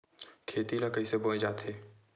खेती ला कइसे बोय जाथे?